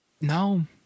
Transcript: No